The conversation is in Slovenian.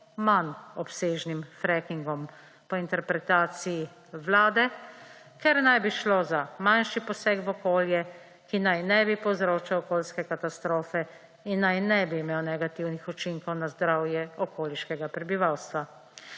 manj obsežnim frackingom, po interpretaciji vlade, ker naj bi šlo za manjši poseg v okolje, ki naj ne bi povzročal okoljske katastrofe in naj ne bi imel negativnih učinkov na zdravje okoliškega prebivalstva.